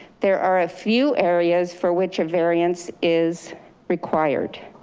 there are a few areas for which a variance is required.